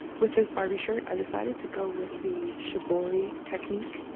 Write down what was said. with this barbie shirt, i decided to go with the shibori technique.